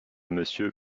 monsieur